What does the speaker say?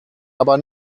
aber